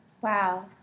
Wow